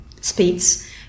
speeds